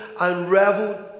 unraveled